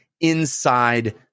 inside